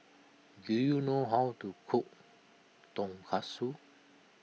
do you know how to cook Tonkatsu